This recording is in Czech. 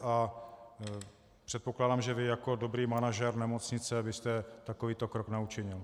A předpokládám, že vy jako dobrý manažer nemocnice byste takovýto krok neučinil.